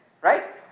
Right